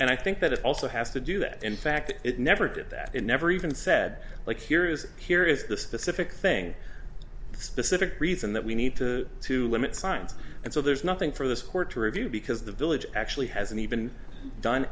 and i think that it also has to do that in fact it never did that it never even said look here is here is the specific thing specific reason that we need to to limit signs and so there's nothing for this court to review because the village actually hasn't even done